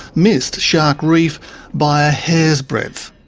missed shark reef by a hair's breadth.